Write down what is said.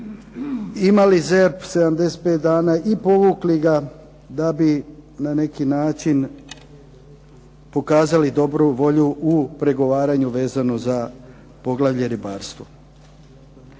imali ZERP 75 dana, i povukli ga da bi na neki način pokazali dobru volju u pregovaranju vezano za poglavlje ribarstvo.